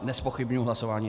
Nezpochybňuji hlasování.